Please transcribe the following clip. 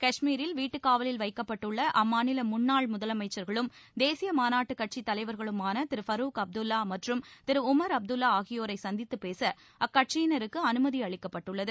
கஷ்மீரில் வீட்டுக் காவலில் வைக்கப்பட்டுள்ள அம்மாநில முன்னாள் முதலமைச்சர்களும் தேசிய மாநாட்டுக் கட்சி தலைவர்களுமான திரு பருக் அப்துல்லா மற்றும் திரு உமர் அப்துல்லா ஆகியோரை சந்தித்துப் பேச அக்கட்சியினருக்கு அனுமதி அளிக்கப்பட்டுள்ளது